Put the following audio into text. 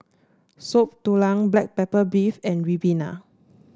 Soup Tulang Black Pepper Beef and Ribena